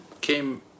came